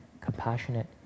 compassionate